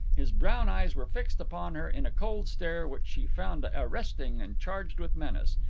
his brown eyes were fixed upon her in a cold stare which she found arresting and charged with menace.